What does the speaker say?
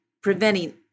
preventing